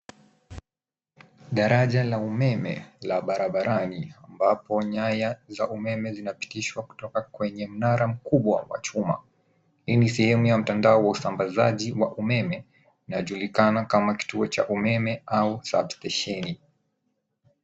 Daraja la umeme la barabarani ambapo nyaya za umeme zinapitishwa kutoka kwenye mnara mkubwa wa chuma. Hii ni sehemu ya mtandao wa usambazaji wa umeme inajulikana kituo cha umeme ama sub stesheni.